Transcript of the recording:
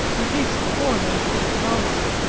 in case the coroner should demand it,